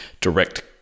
direct